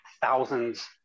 thousands